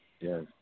Yes